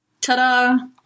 Ta-da